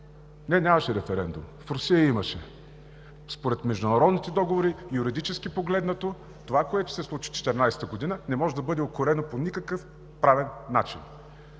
Не, нямаше референдум. В Русия имаше. Според международните договори, юридически погледнато, това, което се случи през 2014 г., не може да бъде укорено по никакъв правен начин.